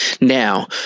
Now